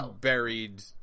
buried